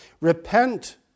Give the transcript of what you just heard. Repent